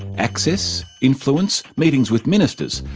access? influence? meetings with ministers?